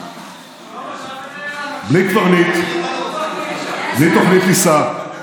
בלי קברניט, בלי תוכנית טיסה,